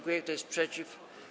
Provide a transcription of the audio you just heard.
Kto jest przeciw?